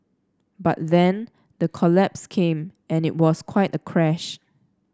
but then the collapse came and it was quite a crash